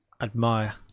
admire